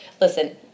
listen